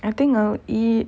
I think I will eat